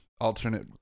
Alternate